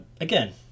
Again